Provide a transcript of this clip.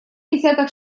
десяток